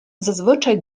зазвичай